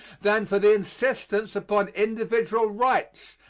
than for the insistence upon individual rights,